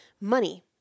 money